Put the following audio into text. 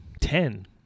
ten